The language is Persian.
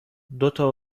دوتا